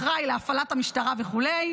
אחראי להפעלת המשטרה וכו',